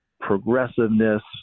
progressiveness